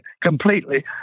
Completely